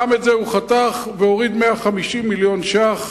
גם את זה הוא חתך והוריד 150 מיליון ש"ח.